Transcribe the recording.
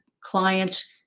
clients